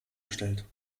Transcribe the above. gestellt